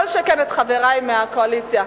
כל שכן את חברי מהקואליציה,